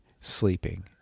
sleeping